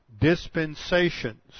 dispensations